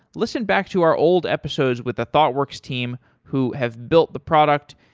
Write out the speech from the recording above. listen back to our old episodes with the thoughtworks team who have built the product.